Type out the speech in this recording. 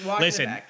listen